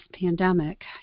pandemic